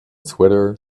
sweater